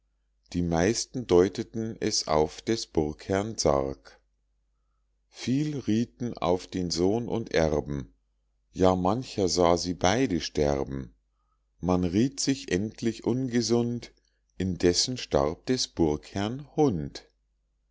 die meisten deuteten es auf des burgherrn sarg viel riethen auf den sohn und erben ja mancher sah sie beide sterben man rieth sich endlich ungesund indessen starb des burgherrn hund